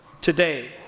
Today